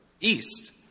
east